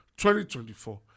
2024